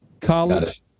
college